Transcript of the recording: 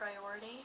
priority